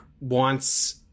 wants